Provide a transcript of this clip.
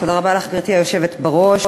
תודה רבה לך, גברתי היושבת בראש,